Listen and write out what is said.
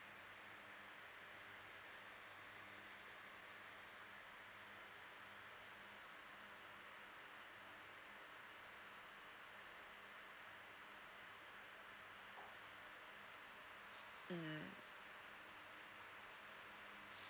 mm